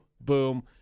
Boom